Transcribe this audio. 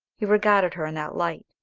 he regarded her in that light,